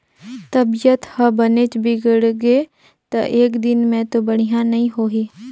तबीयत ह बनेच बिगड़गे त एकदिन में तो बड़िहा नई होही